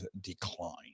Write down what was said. decline